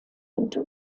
into